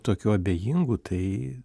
tokių abejingų tai